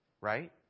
Right